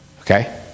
Okay